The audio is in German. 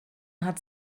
hat